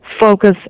focus